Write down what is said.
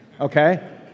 okay